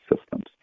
systems